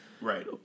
right